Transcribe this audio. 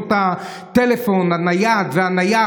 בחשבונות הטלפון הנייד והנייח.